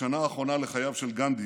השנה האחרונה לחייו של גנדי